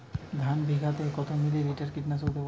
ধানে বিঘাতে কত মিলি লিটার কীটনাশক দেবো?